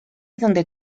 donde